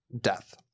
death